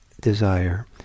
desire